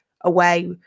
away